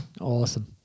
Awesome